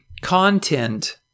content